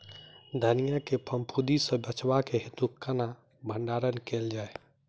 धनिया केँ फफूंदी सऽ बचेबाक हेतु केना भण्डारण कैल जाए?